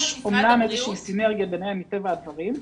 יש אמנם איזושהי סינרגיה מטבע הדברים.